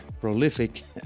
prolific